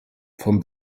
vom